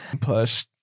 Push